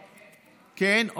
כן?